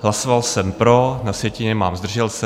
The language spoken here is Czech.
Hlasoval jsem pro, na sjetině mám zdržel se.